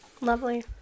Lovely